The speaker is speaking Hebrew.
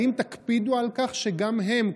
האם תקפידו על כך שגם הם,